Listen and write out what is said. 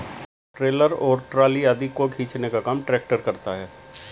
trailer और trolley आदि को खींचने का काम ट्रेक्टर करता है